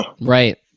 Right